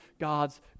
God's